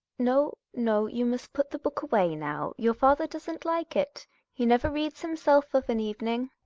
no, no you must put the book away now. your father doesn't like it he never reads himself of an evening.